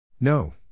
No